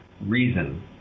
reason